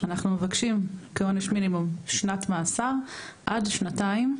אנחנו מבקשים כעונש מינימום שנת מאסר עד שנתיים,